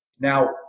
Now